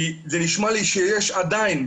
כי זה נשמע לי שיש עדיין,